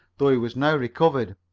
though he was now recovered.